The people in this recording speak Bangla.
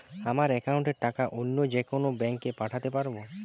আমার একাউন্টের টাকা অন্য যেকোনো ব্যাঙ্কে পাঠাতে পারব?